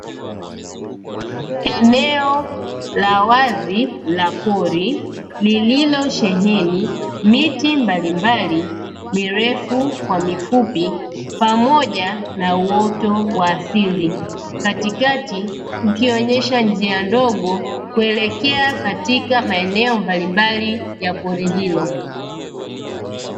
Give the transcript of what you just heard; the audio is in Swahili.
Eneo la wazi la pori lililosheheni miti mbalimbali mirefu kwa mifupi pamoja na uoto wa asili, katikati kukionesha njia ndogo kuelekea katika maeneo mbalimbali ya pori hilo.